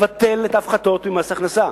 תבטל את ההפחתות ממס הכנסה.